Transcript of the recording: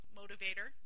motivator